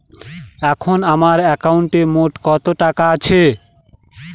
এখন আমার একাউন্টে মোট কত টাকা আছে?